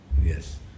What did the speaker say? Yes